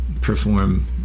perform